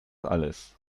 alles